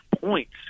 points